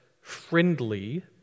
friendly